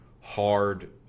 hard